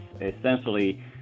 essentially